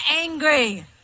angry